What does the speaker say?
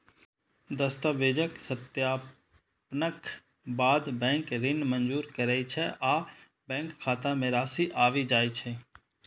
दस्तावेजक सत्यापनक बाद बैंक ऋण मंजूर करै छै आ बैंक खाता मे राशि आबि जाइ छै